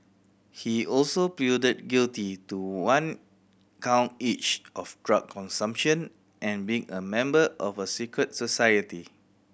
he also pleaded guilty to one count each of drug consumption and being a member of a secret society